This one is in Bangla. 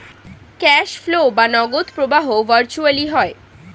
ক্যাশ ফ্লো বা নগদ প্রবাহ ভার্চুয়ালি হয়